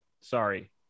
sorry